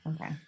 okay